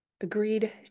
agreed